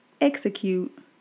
execute